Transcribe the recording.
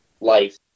life